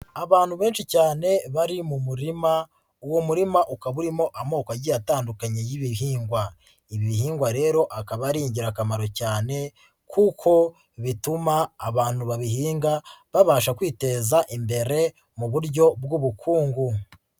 Abantu benshi cyane bari mu murima, uwo murima ukaba urimo amoko agiye atandukanye y'ibihingwa. Ibi bihingwa rero akaba ari ingirakamaro cyane kuko bituma abantu babihinga babasha kwiteza imbere mu buryo bw'ubukungu.